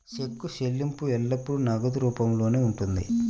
చెక్కు చెల్లింపు ఎల్లప్పుడూ నగదు రూపంలోనే ఉంటుంది